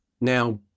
now